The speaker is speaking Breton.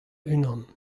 unan